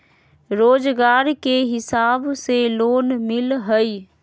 रोजगार के हिसाब से लोन मिलहई?